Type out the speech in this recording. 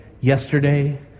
yesterday